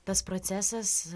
tas procesas